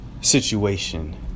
situation